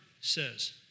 says